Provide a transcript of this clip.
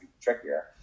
trickier